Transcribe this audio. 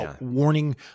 warning